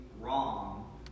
wrong